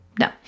No